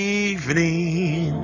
evening